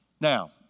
Now